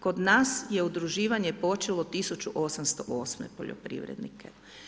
Kod nas je udruživanje počelo 1808. poljoprivrednike.